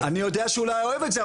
אני יודע שהוא לא היה אוהב את זה,